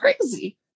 crazy